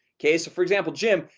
okay so for example jim,